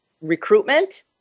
recruitment